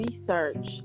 research